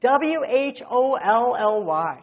W-H-O-L-L-Y